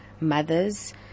mothers